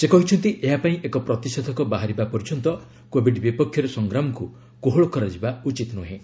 ସେ କହିଛନ୍ତି ଏହା ପାଇଁ ଏକ ପ୍ରତିଷେଧକ ବାହାରିବା ପର୍ଯ୍ୟନ୍ତ କୋବିଡ୍ ବିପକ୍ଷରେ ସଂଗ୍ରାମକୁ କୋହଳ କରାଯିବା ଉଚିତ୍ ନୁହେଁ